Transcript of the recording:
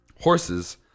Horses